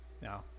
no